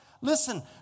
Listen